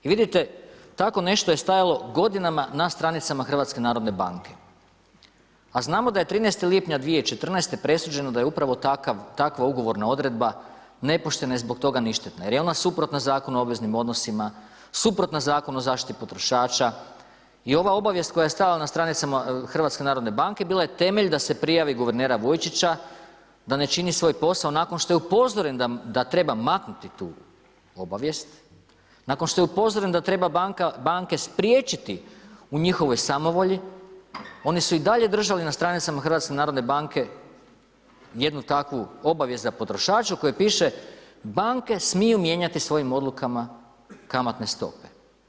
Vidite, tako nešto je stajalo godinama na stranicama HNB-a, a znamo da je 13. lipnja 2014. presuđeno da je upravo takva ugovorna odredba nepoštena i zbog toga ništetna jer je ona suprotna Zakonu o obveznim odnosima, suprotna Zakonu o zaštiti potrošača, i ova obavijest koja je stajala na stranicama HNB-a, bila je temelj da se prijavi guvernera Vujčića, da ne čini svoj posao nakon što je upozoren da treba maknuti tu obavijest, nakon što je upozoren da treba banke spriječiti u njihovoj samovolji, oni su i dalje držali na stranicama HNB-a jednu takvu obavijest za potrošače u kojoj piše, banke smiju mijenjati svojim odlukama kamatne stope.